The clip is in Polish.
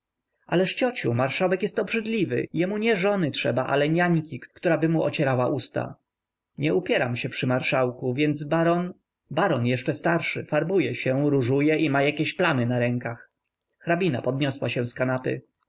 ależ ciociu marszałek jest obrzydliwy jemu nie żony trzeba ale niańki któraby mu ocierała usta nie upieram się przy marszałku więc baron baron jeszcze starszy farbuje się różuje i ma jakieś plamy na rękach hrabina podniosła się z kanapy